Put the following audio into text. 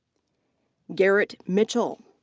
garrett mitchell.